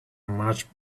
much